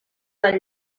del